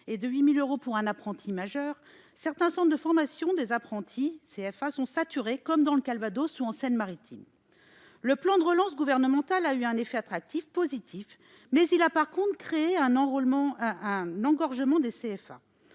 et de 8 000 euros pour un apprenti majeur -certains centres de formation d'apprentis (CFA) sont saturés, comme dans le Calvados ou en Seine-Maritime. Le plan de relance gouvernemental, bien qu'il ait eu un effet attractif positif, a créé un engorgement des CFA.